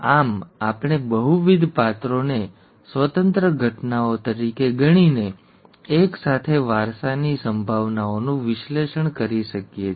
આમ આપણે બહુવિધ પાત્રોને સ્વતંત્ર ઘટનાઓ તરીકે ગણીને એક સાથે વારસાની સંભાવનાઓનું વિશ્લેષણ કરી શકીએ છીએ ઠીક છે